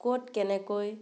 ক'ত কেনেকৈ